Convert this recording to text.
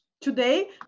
today